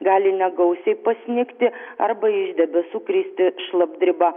gali negausiai pasnigti arba iš debesų kristi šlapdriba